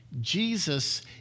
Jesus